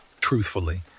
Truthfully